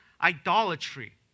idolatry